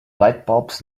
lightbulbs